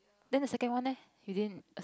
then the second one leh you didn't